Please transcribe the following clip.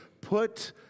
Put